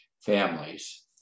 families